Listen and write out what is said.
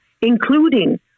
including